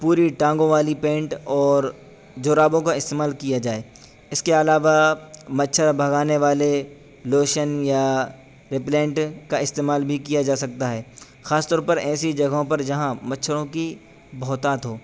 پوری ٹانگوں والی پینٹ اور جرابوں کا استعمال کیا جائے اس کے علاوہ مچھر بھگانے والے لوشن یا رپلینٹ کا استعمال بھی کیا جا سکتا ہے خاص طور پر ایسی جگہوں پر جہاں مچھروں کی بہتات ہو